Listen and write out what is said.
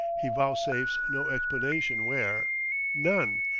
he vouchsafes no explanation where none,